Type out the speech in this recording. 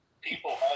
people